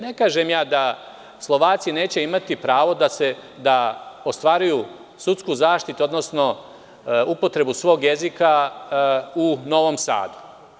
Ne kažem da Slovaci neće imati pravo da ostvaruju sudsku zaštitu, odnosno upotrebu svog jezika u Novom Sadu.